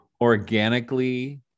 organically